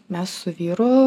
mes su vyru